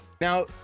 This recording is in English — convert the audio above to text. now